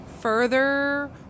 further